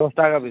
দশ টাকা পিস